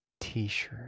T-shirt